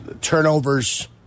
Turnovers